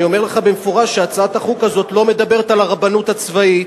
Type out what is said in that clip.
אומר לך במפורש שהצעת החוק הזאת לא מדברת על הרבנות הצבאית,